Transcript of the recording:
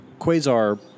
Quasar